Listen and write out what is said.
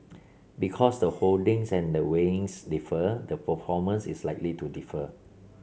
because the holdings and the weightings differ the performance is likely to differ